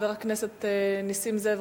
חבר הכנסת נסים זאב,